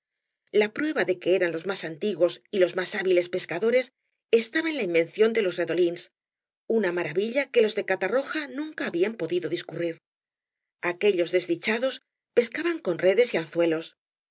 la prueba de que eran los más antiguos y los más hábiles pescadores estaba en la invención de los redouns una maravilla que los de catarroja nunca habían podido discurrir aquellos desdichados pescaban con redes y anzuelos